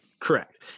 Correct